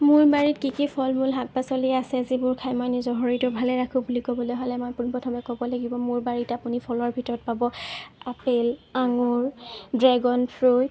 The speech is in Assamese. মোৰ বাৰীত কি কি ফল মূল শাক পাচলি আছে যি বোৰ খাই মই নিজৰ শৰীৰটো ভালে ৰাখোঁ বুলি ক'বলৈ হ'লে মই পোনপ্ৰথমে ক'ব লাগিব মোৰ বাৰীত আপুনি ফলত ভিতৰত পাব আপেল আঙুৰ ড্ৰেগন ফ্ৰুট